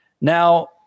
Now